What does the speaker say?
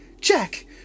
Jack